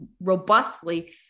robustly